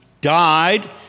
died